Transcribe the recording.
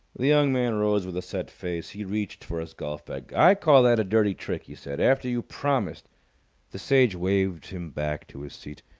the young man rose with a set face. he reached for his golf-bag. i call that a dirty trick, he said, after you promised the sage waved him back to his seat.